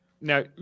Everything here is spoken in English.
now